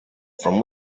from